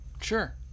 Sure